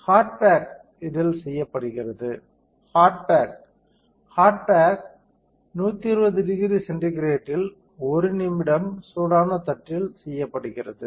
heart bake இதில் செய்யப்படுகிறது hard bake hard bake 1200 C இல் 1 நிமிடம் சூடான தட்டில் செய்யப்படுகிறது